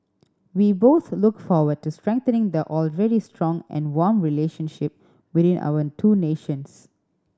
we both look forward to strengthening the already strong and warm relationship between our two nations